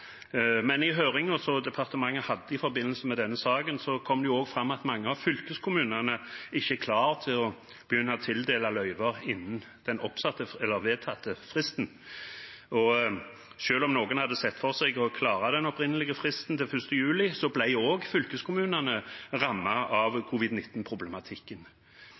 departementet hadde i forbindelse med denne saken, kom det også fram at mange av fylkeskommunene ikke er klare til å begynne å tildele løyver innen den vedtatte fristen. Selv om noen hadde sett for seg å klare den opprinnelige fristen, til 1. juli, ble også fylkeskommunene rammet av